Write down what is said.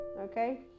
okay